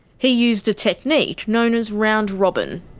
he used a technique known as round robin.